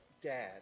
dad